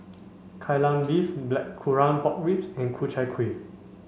Kai Lan Beef blackcurrant pork ribs and Ku Chai Kuih